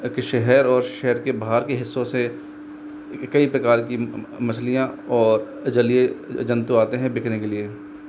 के शहर और शहर के बाहर के हिस्सों से कई प्रकार की मछलियाँ और जलीय जंतु आते हैं बिकने के लिए